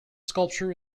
sculpture